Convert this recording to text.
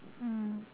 mm